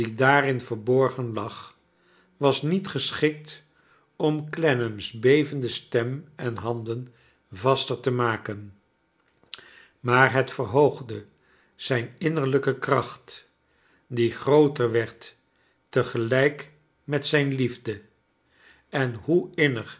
daarin verborgen lag was niet geschikt om clennam's bevende stem en handen vaster te maken maar het verhoogde zijn innerlijke kracht die grooter werd te gelijk met zijn liefde en hoe innig